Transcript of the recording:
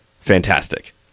Fantastic